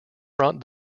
brought